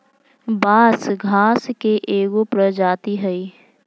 बांस घास के एगो प्रजाती हइ